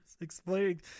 explaining